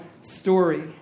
story